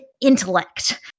intellect